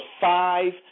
five